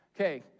Okay